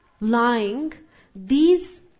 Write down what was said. lying—these